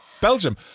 Belgium